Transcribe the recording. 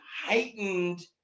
heightened